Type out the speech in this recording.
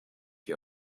you